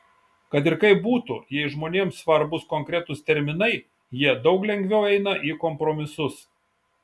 kad ir kaip būtų jei žmonėms svarbūs konkretūs terminai jie daug lengviau eina į kompromisus